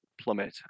plummet